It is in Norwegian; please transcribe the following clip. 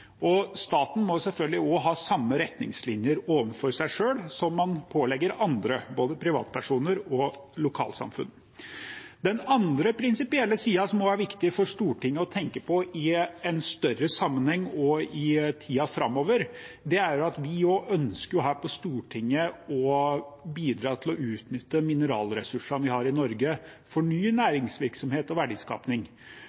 Staten må selvfølgelig også ha samme retningslinjer for seg selv som man pålegger andre, både privatpersoner og lokalsamfunn. Den andre prinsipielle siden som er viktig for Stortinget å tenke på i en større sammenheng og i tiden framover, er at vi på Stortinget også ønsker å bidra til å utnytte mineralressursene vi har i Norge,